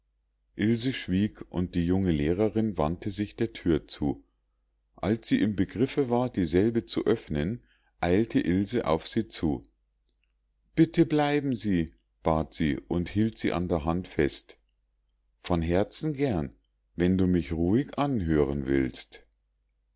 ilse schwieg und die junge lehrerin wandte sich der thür zu als sie im begriffe war dieselbe zu öffnen eilte ilse auf sie zu bitte bleiben sie bat sie und hielt sie an der hand fest von herzen gern wenn du mich ruhig anhören willst